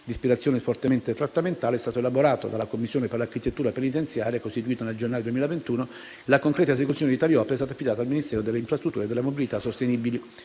ispirazione fortemente trattamentale, è stato elaborato dalla commissione per l'architettura penitenziaria, costituita nel gennaio 2021, e la concreta esecuzione di tali opere è stata affidata al Ministero delle infrastrutture e della mobilità sostenibili